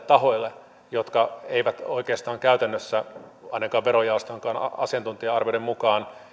tahoille jotka eivät oikeastaan käytännössä ainakaan verojaoston asiantuntija arvioiden mukaan